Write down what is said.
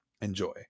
enjoy